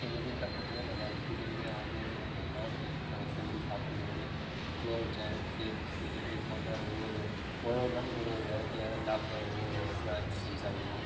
எங்கள் வீட்டில் பார்த்தீங்கன்னா நாங்கள் அஞ்சு பேருங்க நாங்கள் செஞ்சு சாப்பிடுகிறது குலோப்ஜாம் சிப்ஸ் இப்படி போன்ற ஒவ்வொரு ஒரு ஒரு நாளைக்கு ஒரு ஒரு வெரைட்டியான சாப்பாடு ஒரு ஸ்னாக்ஸ் செஞ்சு சாப்பிடுவோம்